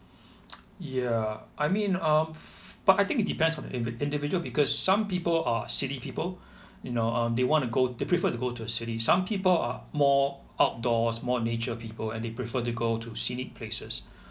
ya I mean um f~ but I think it depends on the invi~ individual because some people are city people you know um they wanna go they prefer to go to the city some people are more outdoors more nature people and they prefer to go to scenic places